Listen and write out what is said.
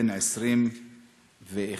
בן 21,